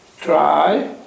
try